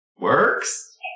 Works